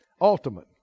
Ultimate